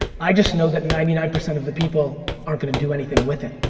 i just know that ninety nine percent of the people aren't gonna do anything with it.